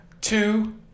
two